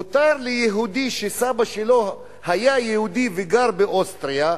מותר ליהודי שסבא שלו היה יהודי וגר באוסטריה,